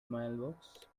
mailbox